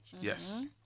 Yes